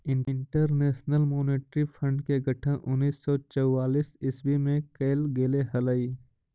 international monetary fund के गठन उन्नीस सौ चौवालीस ईस्वी में कैल गेले हलइ